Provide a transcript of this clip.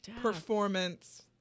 Performance